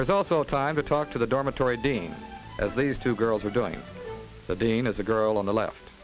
there's also time to talk to the dormitory dean as these two girls are doing that being as a girl on the left